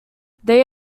they